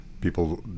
people